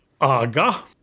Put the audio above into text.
Aga